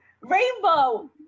rainbow